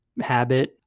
habit